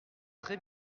très